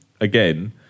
again